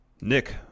Nick